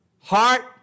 heart